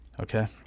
Okay